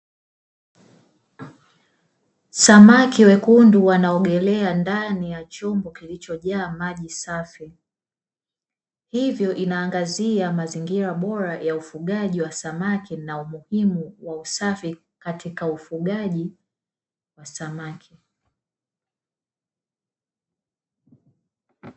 Samaki wekundu wanaogelea ndani ya chombo kilichojaa maji safi. Hivyo inaangazia mazingira bora ya ufugaji wa samaki na umuhimu wa usafi katika ufugaji wa samaki.